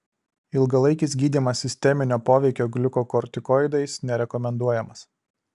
ilgalaikis gydymas sisteminio poveikio gliukokortikoidais nerekomenduojamas